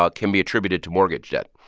ah can be attributed to mortgage debt.